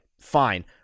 fine